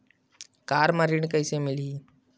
Car म ऋण कइसे मिलही?